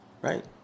Right